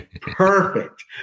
perfect